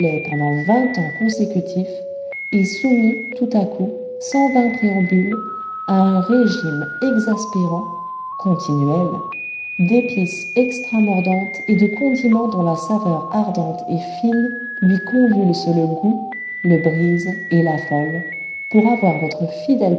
pendant vingt ans consécutifs et soumis tout à coup sans vains préambules à un régime exaspérant continuel d'épices extramordantes et de condiments dont la saveur ardente et fine lui convulse le goût le brise et l'affole pour avoir votre fidèle